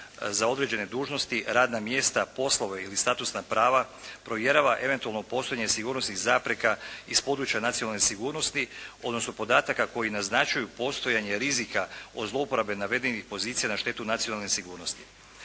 za određene dužnosti, radna mjesta, poslove ili statusna prava provjerava eventualno postojanje sigurnosnih zapreka iz područja nacionalne sigurnosti, odnosno podataka koji naznačuju postojanje rizika od zlouporabe navedenih pozicija na štetu nacionalne sigurnosti.